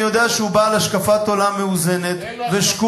אני יודע שהוא בעל השקפת עולם מאוזנת ושקולה.